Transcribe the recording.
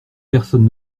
personne